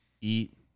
eat